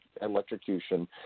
electrocution